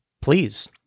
please